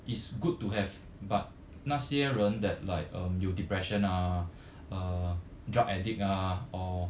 it's good to have but 那些人 that like um 有 depression ah uh drug addict ah or